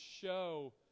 show